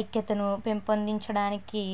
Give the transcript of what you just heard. ఐక్యతను పెంపొందించడానికి